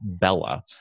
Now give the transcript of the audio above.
Bella